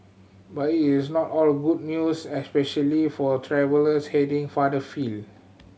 but it is not all good news especially for travellers heading farther afield